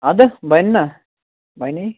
اَدٕ بَنہِ نہ بَنے